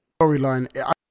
storyline